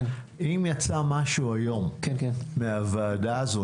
אם יצא משהו היום מהוועדה הזו,